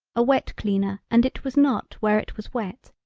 a wet cleaner and it was not where it was wet,